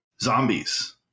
Zombies